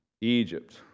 Egypt